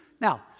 Now